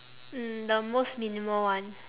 mm the most minimal one